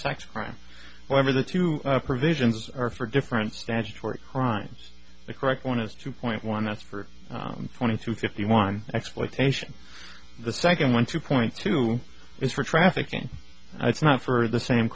sex crime whatever the two provisions are for different statutory crimes the correct one is two point one as for twenty two fifty one exploitation the second one two point two is for trafficking i think for the same